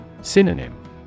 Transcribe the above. Synonym